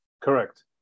Correct